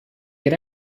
get